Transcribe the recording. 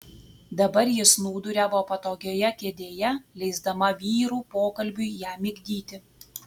dabar ji snūduriavo patogioje kėdėje leisdama vyrų pokalbiui ją migdyti